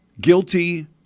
Guilty